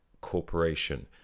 Corporation